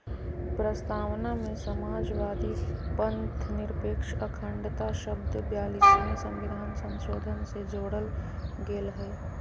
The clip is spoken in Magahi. प्रस्तावना में समाजवादी, पथंनिरपेक्ष, अखण्डता शब्द ब्यालिसवें सविधान संशोधन से जोरल गेल हइ